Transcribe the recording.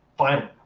final.